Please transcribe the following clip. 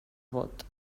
vot